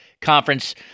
conference